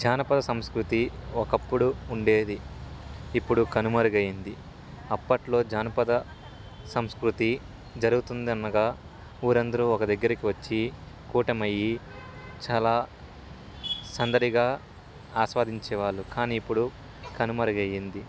జానపద సంస్కృతి ఒకప్పుడు ఉండేది ఇప్పుడు కనుమరుగయ్యంది అప్పట్లో జానపద సంస్కృతి జరుగుతుందనగా ఊరందరూ ఒక దగ్గరికి వచ్చి గుమికూడి చాలా సందడిగా ఆస్వాదించేవాళ్ళు కానీ ఇప్పుడు కనుమరుగయ్యింది